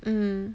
mm